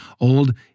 Old